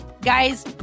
guys